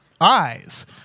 eyes